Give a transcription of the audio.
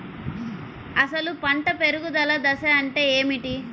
అసలు పంట పెరుగుదల దశ అంటే ఏమిటి?